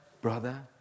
brother